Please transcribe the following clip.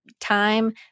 time